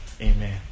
Amen